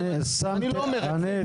ואני לא אומר את זה.